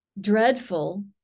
dreadful